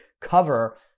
cover